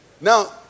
Now